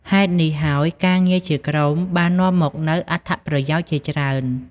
ហេតុនេះហើយការងារជាក្រុមបាននាំមកនូវអត្ថប្រយោជន៍ជាច្រើន។